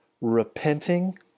repenting